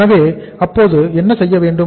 எனவே அப்போது என்ன செய்ய வேண்டும்